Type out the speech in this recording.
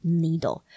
needle